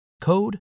code